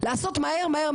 לעשות מהר מהר,